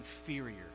inferior